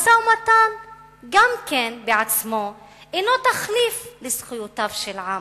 גם משא-ומתן כשלעצמו אינו תחליף לזכויותיו של עם.